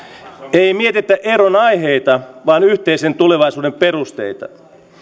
ei mietitä eron aiheita vaan yhteisen tulevaisuuden perusteita